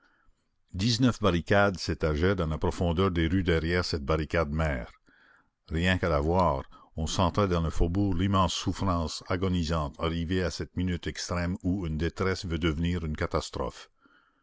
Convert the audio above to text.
dix-neuf barricades s'étageaient dans la profondeur des rues derrière cette barricade mère rien qu'à la voir on sentait dans le faubourg l'immense souffrance agonisante arrivée à cette minute extrême où une détresse veut devenir une catastrophe